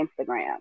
Instagram